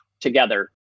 together